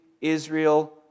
Israel